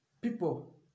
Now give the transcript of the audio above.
people